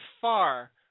far